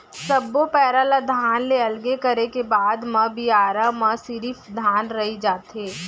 सब्बो पैरा ल धान ले अलगे करे के बाद म बियारा म सिरिफ धान रहि जाथे